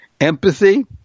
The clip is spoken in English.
empathy